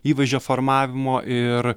įvaizdžio formavimo ir